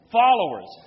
followers